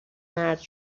مرد